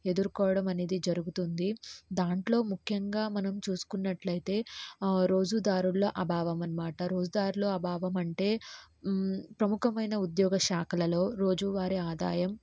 ఎదుర్కోవడం అనేది జరుగుతుంది దాంట్లో ముఖ్యంగా మనం చూసుకున్నట్లయితే రోజు దారుల్లో అభావం అనమాట రోజు దారుల అభావం అంటే ప్రముఖమైన ఉద్యోగ శాఖలలో రోజువారి ఆదాయం